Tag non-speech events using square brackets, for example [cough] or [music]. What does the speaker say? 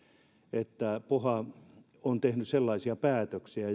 että poha on tehnyt sellaisia päätöksiä [unintelligible]